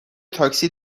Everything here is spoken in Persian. تاکسی